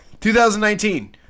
2019